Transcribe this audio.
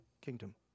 kingdom